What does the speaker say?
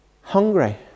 hungry